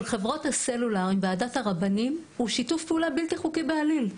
חברות הסלולר עם ועדת הרבנים הוא שיתוף פעולה בלתי חוקי בעליל,